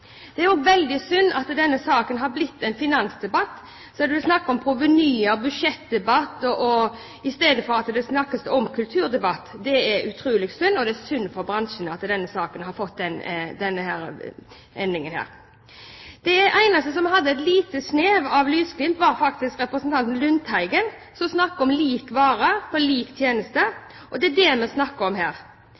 Det er også veldig synd at denne saken har blitt en finansdebatt der det er snakk om provenyer – en budsjettdebatt i stedet for en kulturdebatt. Det er utrolig synd for bransjen at denne saken har endt slik. Det eneste lille snev av lysglimt var faktisk da representanten Lundteigen snakket om lik vare for lik tjeneste. Og det er det vi snakker om her.